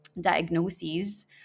diagnoses